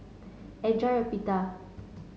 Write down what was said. enjoy your Pita